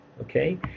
okay